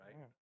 right